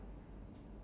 ya